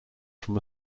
from